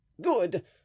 good